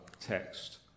text